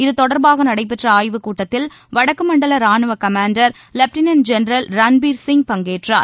இத்தொடர்பாக நடைபெற்ற ஆய்வு கூட்டத்தில் வடக்கு மண்டல ராணுவ commander lieutenant general Ranbir Singh பங்கேற்றார்